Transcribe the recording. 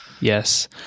Yes